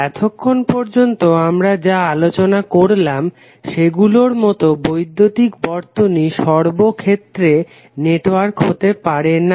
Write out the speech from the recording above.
এতক্ষণ পর্যন্ত আমরা যা আলোচনা করলাম সেগুলর মতো বৈদ্যুতিক বর্তনী সবক্ষেত্রে নেটওয়ার্ক হতে পারে না